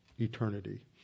eternity